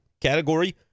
category